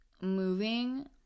moving